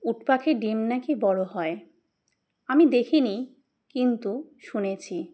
উটপাখির ডিম নাকি বড়ো হয় আমি দেখিনি কিন্তু শুনেছি